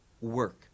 work